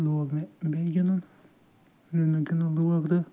لوگ مےٚ بیٚیہِ گِنٛدُن ییٚلہِ مےٚ گِنٛدُن لوگ تہٕ